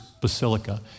Basilica